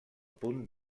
punt